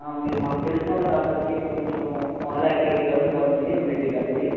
మీరు మాకు తెలిసిన వాళ్ళు కాబట్టి కొంచెం వన్ ల్యాక్ ఎయిటీ థౌజెండ్ పడుతుంది రెండిటికి కలిపి